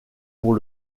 pour